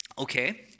okay